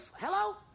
hello